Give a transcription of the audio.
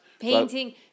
Painting